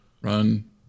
run